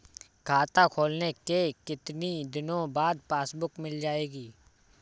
खाता खोलने के कितनी दिनो बाद पासबुक मिल जाएगी?